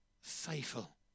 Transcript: faithful